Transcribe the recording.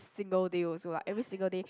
single day also like every single day